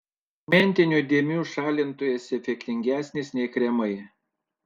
pigmentinių dėmių šalintojas efektingesnis nei kremai